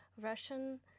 Russian